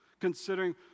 considering